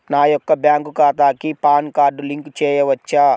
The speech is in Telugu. నా యొక్క బ్యాంక్ ఖాతాకి పాన్ కార్డ్ లింక్ చేయవచ్చా?